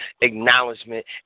acknowledgement